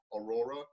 Aurora